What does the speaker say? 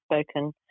spoken